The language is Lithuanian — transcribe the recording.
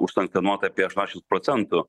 užsankcionuota apie aštuoniasdešims procentų